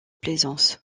plaisance